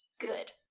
Good